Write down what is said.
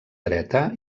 dreta